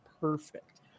perfect